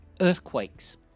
earthquakes